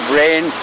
rain